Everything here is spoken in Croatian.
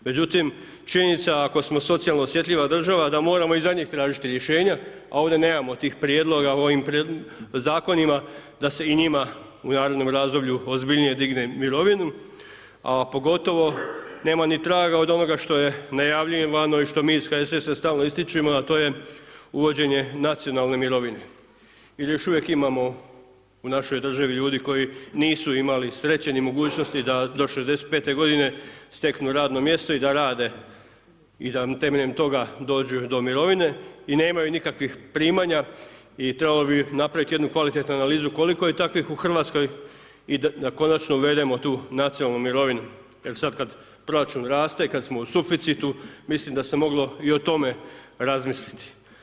Međutim, činjenica ako smo socijalno osjetljiva država da moramo i za njih tražiti rješenja a ovdje nemamo tih prijedloga u ovim zakonima da se i njima u narednom razdoblju ozbiljnije digne mirovinu a pogotovo nema ni traga od onoga što je najavljivano i što mi iz HSS-a stalno ističemo a to je uvođenje nacionalne mirovine jer još uvijek imamo u našoj državi ljudi koji nisu imali sreće ni mogućnosti da do 65 godine steknu radno mjesto i da rade i da temeljem toga dođu do mirovine i nemaju nikakvih primanja i trebalo bi napraviti jednu kvalitetnu analizu koliko je takvih u Hrvatskoj i da konačno uvedemo tu nacionalnu mirovinu jer sad kad proračun raste i kad smo u suficitu mislim da se moglo i o tome razmisliti.